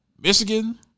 Michigan